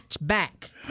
back